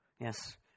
Yes